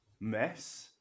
mess